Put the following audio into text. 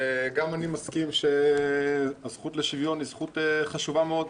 גם אני מסכים שהזכות לשוויון היא זכות חשובה מאוד,